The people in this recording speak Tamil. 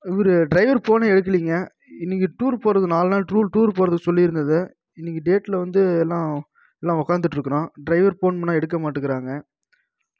இவர் ட்ரைவர் ஃபோன் எடுக்கலிங்க நீங்கள் டூர் போகிறதுக்கு நாலு நாள் டூர் டூர் போகிறதுக்கு சொல்லியிருந்தது இன்னிக்கி டேட்டில் வந்து எல்லாம் எல்லாம் உக்காந்துட்டு இருக்கிறோம் ட்ரைவருக்கு ஃபோன் பண்ணால் எடுக்கமாட்டேங்கிறாங்க